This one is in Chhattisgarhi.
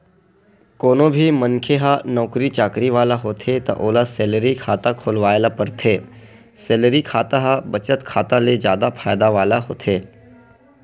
कोनो भी मनखे ह नउकरी चाकरी वाला होथे त ओला सेलरी खाता खोलवाए ल परथे, सेलरी खाता ह बचत खाता ले जादा फायदा वाला होथे